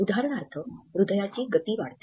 उदाहरणार्थ हृदयाची गती वाढते